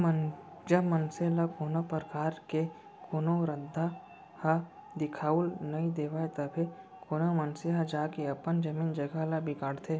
जब मनसे ल कोनो परकार ले कोनो रद्दा ह दिखाउल नइ देवय तभे कोनो मनसे ह जाके अपन जमीन जघा ल बिगाड़थे